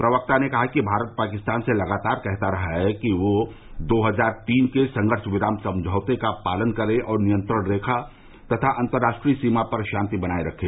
प्रवक्ता ने कहा कि भारत पाकिस्तान से लगातार कहता रहा है कि वह दो हजार तीन के संघर्ष विराम समझौते का पालन करे और नियंत्रण रेखा तथा अंतर्राष्ट्रीय सीमा पर शांति बनाए रखे